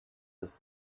was